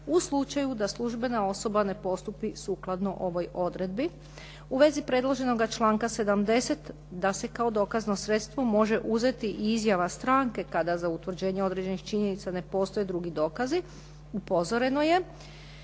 u slučaju da službena osoba ne postupi sukladno ovoj odredbi. U vezi predloženoga članka 70. da se kao dokazno sredstvo može uzeti i izjava stranke kada za utvrđenje određenih činjenica ne postoje drugi dokazi, upozoreno je